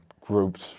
groups